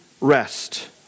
rest